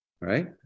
Right